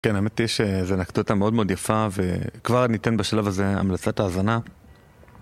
כן, האמת יש איזה אנקדוטה מאוד מאוד יפה, וכבר ניתן בשלב הזה המלצת ההזנה.